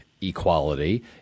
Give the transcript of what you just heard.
equality